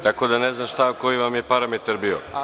Tako da ne znam koji vam je parametar bio.